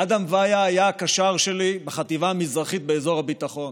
אדם ויה היה הקשר שלי בחטיבה המזרחית באזור הביטחון,